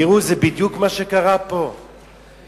זה בדיוק מה שקרה פה,